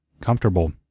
comfortable